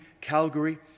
Calgary